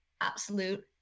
absolute